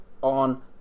on